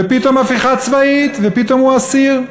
ופתאום הפיכה צבאית, ופתאום הוא אסיר.